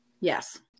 Yes